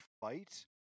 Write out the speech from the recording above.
fight